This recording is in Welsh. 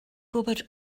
gwybod